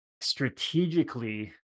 strategically